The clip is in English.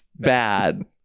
Bad